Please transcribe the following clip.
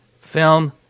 film